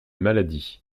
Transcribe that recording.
maladie